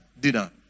dinner